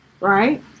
right